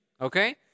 okay